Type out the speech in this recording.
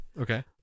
okay